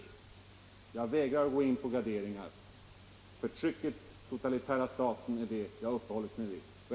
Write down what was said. Jag vägrar att gå in på graderingar. Förtrycket, den totalitära staten, det är den saken jag talat om.